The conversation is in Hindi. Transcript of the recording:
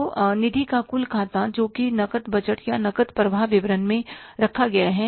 तो निधि का कुल खाता जोकि नकद बजट या नकद प्रवाह विवरण में रखा गया है